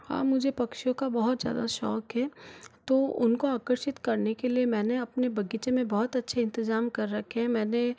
हाँ मुझे पक्षियों का बहुत ज़्यादा शौक है तो उनको आकर्षित करने के लिए मैंने अपने बगीचे में बहुत अच्छे इंतजाम कर रखे हैं मैंने